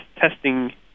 testing